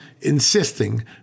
insisting